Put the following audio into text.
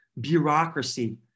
bureaucracy